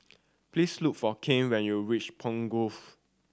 please look for Kane when you reach Pine Grove